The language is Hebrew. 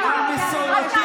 תסתכל על הנאומים שלך בבית.